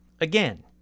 Again